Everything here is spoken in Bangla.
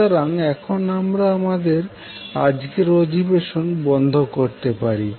সুতরাং এখন আমরা আমাদের আজকের অধিবেশন বন্ধ করতে পারি